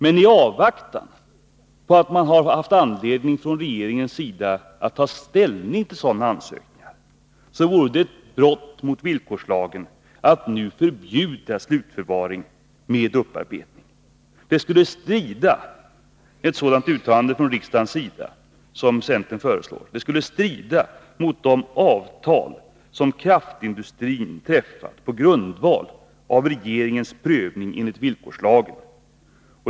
Men i avvaktan på att regeringen fått anledning att ta ställning till sådana ansökningar, vore det att avvika från villkorslagen om man nu förbjöd slutförvaring efter upparbetning. Ett sådant uttalande från riksdagens sida som centern föreslår skulle strida mot de avtal som kraftindustrin träffat på grundval av regeringens prövning enligt villkorslagen.